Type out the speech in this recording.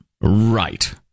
Right